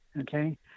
Okay